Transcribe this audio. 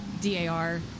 dar